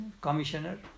commissioner